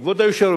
כבוד היושב-ראש,